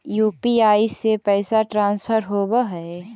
UPI से पैसा transfer होवहै?